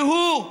והוא,